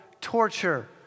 torture